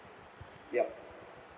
yup